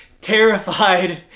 terrified